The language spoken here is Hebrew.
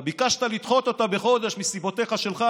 אתה ביקשת לדחות אותה בחודש מסיבותיך שלך,